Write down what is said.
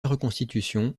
reconstitution